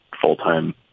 full-time